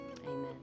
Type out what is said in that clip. Amen